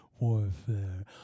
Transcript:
Warfare